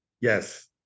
Yes